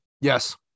Yes